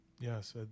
Yes